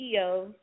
CEO